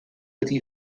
ydy